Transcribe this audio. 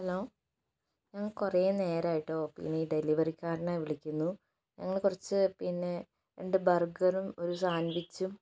hello ഞാന് കുറെ നേരമായിട്ട് ഈ ഡെലിവറിക്കാരനെ വിളിക്കുന്നു ഞങ്ങള് കുറച്ച് പിന്നെ രണ്ടു ബർഗറും ഒരു സാന്വിച്ചും